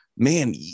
man